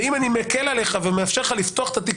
ואם אני מקל עליך ומאפשר לך לפתוח את התיק